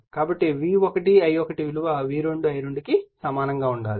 కాబట్టి V1 I1 విలువ V2 I2 కు సమానంగా ఉండాలి